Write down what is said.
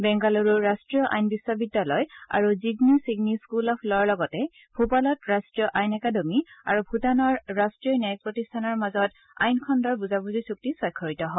বেংগালুৰুৰ ৰাষ্টীয় আইন বিশ্ববিদ্যালয় আৰু জিগনি ছিগনি স্থুল অব লৰ লগতে ভূপালত ৰাষ্ট্ৰীয় আইন একাডেমি আৰু ভূটানৰ ৰাষ্ট্ৰীয় ন্যায়িক প্ৰতিষ্ঠানৰ মাজত আইন খণ্ডৰ বুজাবুজি চুক্তি স্বাক্ষৰিত হয়